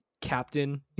captain